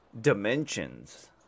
Dimensions